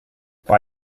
bei